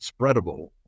spreadable